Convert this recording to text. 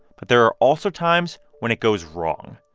but there are also times when it goes wrong.